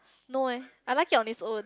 no eh I like it on it's own